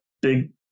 big